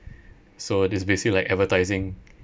so this is basically like advertising